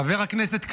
חבר הכנסת קריב,